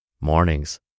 mornings